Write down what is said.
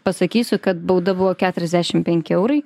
pasakysiu kad bauda buvo keturiasdešim penki eurai